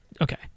Okay